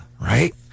right